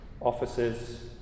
offices